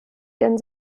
ihren